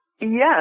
Yes